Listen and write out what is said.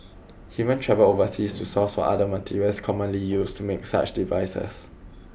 he even travelled overseas to source for other materials commonly used to make such devices